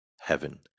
heaven